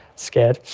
scared.